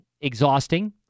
exhausting